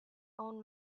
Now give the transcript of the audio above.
own